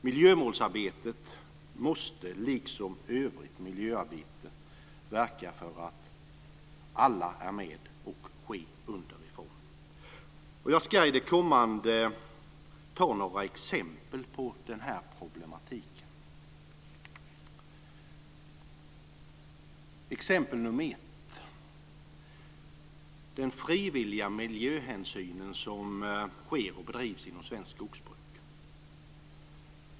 Miljömålsarbetet måste, liksom övrigt miljöarbete, verka för att alla är med och ske underifrån. Jag ske ge några exempel på problemen. Exempel nr 1 gäller den frivilliga miljöhänsynen som bedrivs inom svenskt skogsbruk.